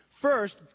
First